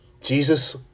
Jesus